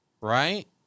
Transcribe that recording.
Right